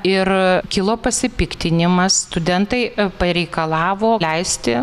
ir kilo pasipiktinimas studentai pareikalavo leisti